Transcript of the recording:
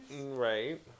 Right